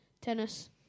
tennis